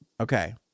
Okay